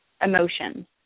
emotions